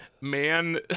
man